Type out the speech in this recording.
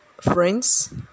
Friends